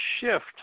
shift